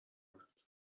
اومد